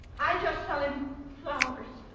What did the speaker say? i just sell him flowers.